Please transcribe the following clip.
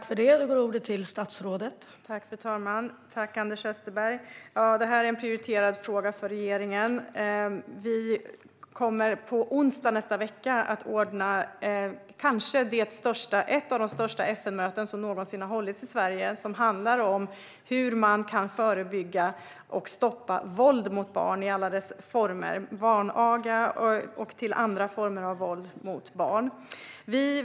Fru talman! Tack, Anders Österberg! Det här är en prioriterad fråga för regeringen. På onsdag nästa vecka kommer vi att anordna ett av de största FN-möten som någonsin har hållits i Sverige. Det handlar om hur man kan förebygga och stoppa våld mot barn i alla dess former. Det gäller barnaga och andra former av våld mot barn.